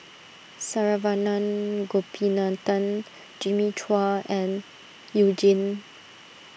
Saravanan Gopinathan Jimmy Chua and You Jin